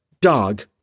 dog